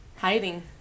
hiding